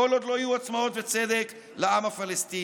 כל עוד לא יהיו עצמאות וצדק לעם הפלסטיני.